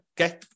Okay